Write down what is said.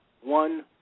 one